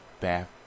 Bath